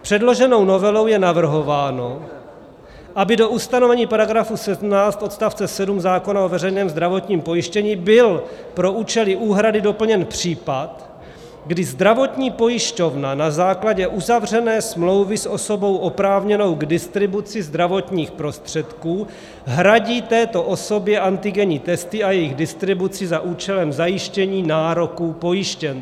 Předloženou novelou je navrhováno, aby do ustanovení § 17 odst. 7 zákona o veřejném zdravotním pojištění byl pro účely úhrady doplněn případ, kdy zdravotní pojišťovna na základě uzavřené smlouvy s osobou oprávněnou k distribuci zdravotních prostředků hradí této osobě antigenní testy a jejich distribuci za účelem zajištění nároků pojištěnců.